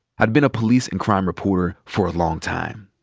i'd been a police and crime reporter for a long time.